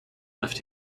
left